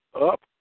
up